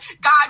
God